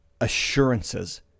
assurances